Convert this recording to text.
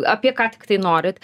apie ką tiktai norit